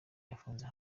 yafunze